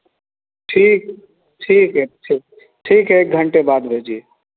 ठीक ठीक है ठीक ठीक है एक घंटे बाद भेजिए